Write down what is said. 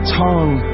tongue